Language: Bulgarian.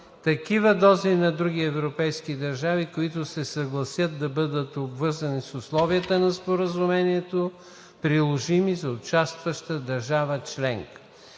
такива дози на други европейски държави, които се съгласяват да бъдат обвързани с условията на Споразумението, приложими за участваща държава членка.